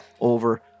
over